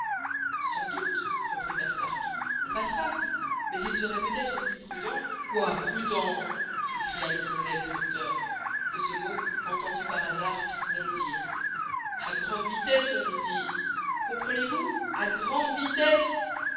sans doute reprit passepartout on passera mais il serait peut-être plus prudent quoi prudent s'écria le colonel proctor que ce mot entendu par hasard fit bondir a grande vitesse on vous dit comprenez-vous a grande vitesse